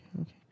okay